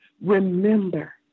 remember